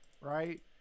right